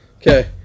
Okay